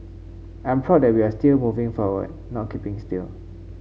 I am proud that we are still moving forward not keeping still